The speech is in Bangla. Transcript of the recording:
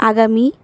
আগামী